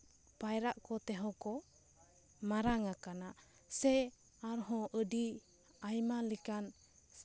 ᱯᱟᱭᱨᱟᱜ ᱠᱚ ᱛᱮᱦᱚᱸ ᱠᱚ ᱢᱟᱨᱟᱝ ᱟᱠᱟᱱᱟ ᱥᱮ ᱟᱨᱦᱚᱸ ᱟᱹᱰᱤ ᱟᱭᱢᱟ ᱞᱮᱠᱟᱱ